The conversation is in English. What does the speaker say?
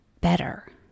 better